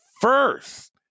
first